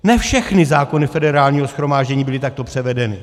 Ne všechny zákony Federálního shromáždění byly takto převedeny.